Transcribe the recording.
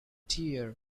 dear